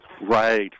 Right